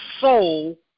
soul